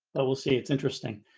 but we'll see. it's interesting